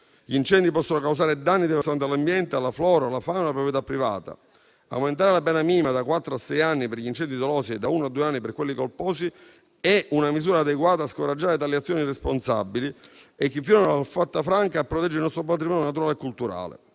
Gli incendi possono causare danni devastanti all'ambiente, alla flora, alla fauna e alla proprietà privata. Aumentare la pena minima da quattro a sei anni per gli incendi dolosi e da uno a due anni per quelli colposi è una misura adeguata a scoraggiare tali azioni irresponsabili e chi finora l'ha fatta franca, per proteggere il nostro patrimonio naturale e culturale.